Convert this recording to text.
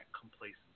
complacency